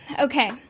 Okay